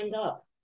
up